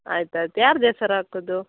ಆಯಿತು ಆಯಿತು ಯಾರ್ದು ಹೆಸರಾಕೋದು